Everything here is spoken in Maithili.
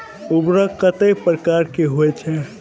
उर्वरक कतेक प्रकार के होई छै?